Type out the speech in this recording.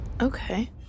Okay